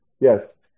Yes